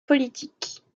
politiques